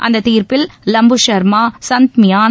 அந்த தீர்ப்பில் லம்பு ஷர்மா சந்த் மியான்